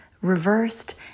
reversed